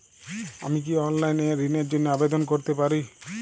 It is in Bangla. আমি কি অনলাইন এ ঋণ র জন্য আবেদন করতে পারি?